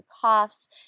coughs